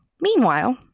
Meanwhile